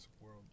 World